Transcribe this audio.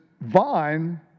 vine